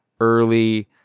early